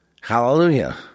Hallelujah